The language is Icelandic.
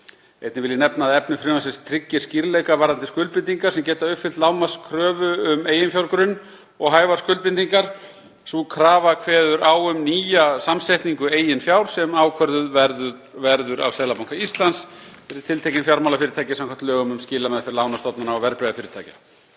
Einnig vil ég nefna að efni frumvarpsins tryggir skýrleika varðandi skuldbindingar sem geta uppfyllt lágmarkskröfu um eiginfjárgrunn og hæfar skuldbindingar. Sú krafa kveður á um nýja samsetningu eigin fjár sem ákvörðuð verður af Seðlabanka Íslands fyrir tiltekin fjármálafyrirtæki samkvæmt lögum um skilameðferð lánastofnana og verðbréfafyrirtækja.